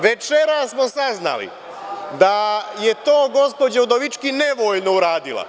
Večeras smo saznali da je to gospođa Udovički nevoljno uradila.